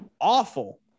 awful